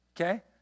okay